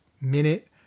minute